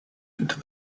into